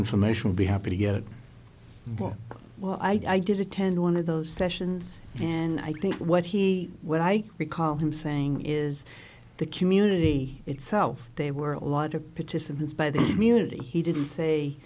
information be happy to get it for well i did attend one of those sessions and i think what he what i recall him saying is the community itself they were a lot of participants by the community he didn't say